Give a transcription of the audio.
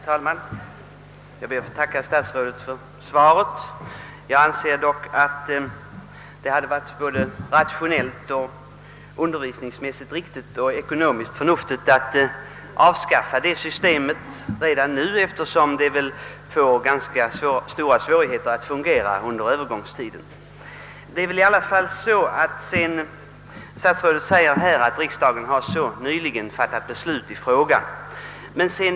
Herr talman! Jag ber att få tacka statsrådet för svaret. Jag anser dock att det hade varit både rationellt, undervisningsmässigt riktigt och ekonomiskt förnuftigt att avskaffa detta system redan nu, eftersom det torde få ganska stora svårigheter att fungera under övergångstiden. Statsrådet säger att riksdagen »så sent som för två år sedan tagit ställning till formerna för studentexamens avveckling» och att han icke finner anledning att nu föreslå omprövning av detta beslut.